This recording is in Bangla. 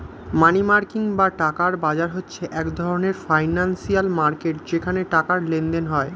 মানি মার্কেট বা টাকার বাজার হচ্ছে এক ধরণের ফিনান্সিয়াল মার্কেট যেখানে টাকার লেনদেন হয়